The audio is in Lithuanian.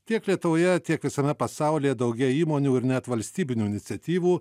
tiek lietuvoje tiek visame pasaulyje daugėja įmonių ir net valstybinių iniciatyvų